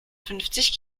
fünfzig